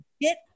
get